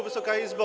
Wysoka Izbo!